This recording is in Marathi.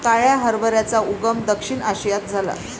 काळ्या हरभऱ्याचा उगम दक्षिण आशियात झाला